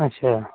अच्छा